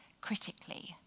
critically